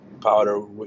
powder